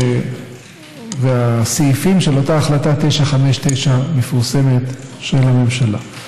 והסעיפים של אותה החלטה 959 מפורסמת של הממשלה.